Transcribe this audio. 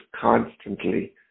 constantly